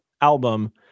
album